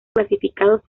clasificados